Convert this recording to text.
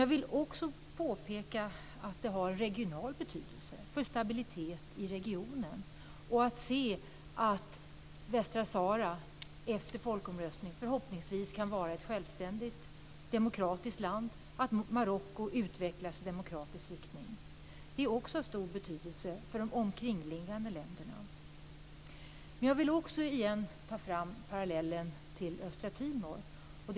Jag vill också påpeka att det har regional betydelse för stabiliteten i regionen. Förhoppningsvis kan Västsahara efter folkomröstningen bli ett självständigt demokratiskt land och Marocko utvecklas i demokratisk riktning. Det är också av stor betydelse för de omkringliggande länderna. Jag vill också igen ta fram parallellen med Östtimor.